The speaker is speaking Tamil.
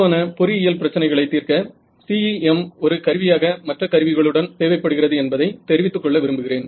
பொதுவான பொறியியல் பிரச்சனைகளை தீர்க்க CEM ஒரு கருவியாக மற்ற கருவிகளுடன் தேவைப்படுகிறது என்பதை தெரிவித்துக் கொள்ள விரும்புகிறேன்